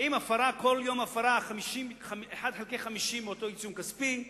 כל יום הפרה 1 חלקי 50 מאותו עיצום כספי,